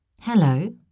Hello